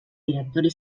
directori